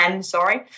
sorry